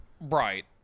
Right